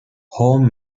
home